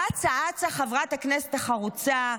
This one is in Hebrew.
רצה אצה חברת הכנסת החרוצה,